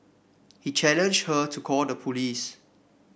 he challenged her to call the police